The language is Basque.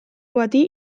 bati